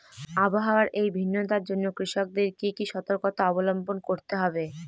আবহাওয়ার এই ভিন্নতার জন্য কৃষকদের কি কি সর্তকতা অবলম্বন করতে হবে?